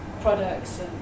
products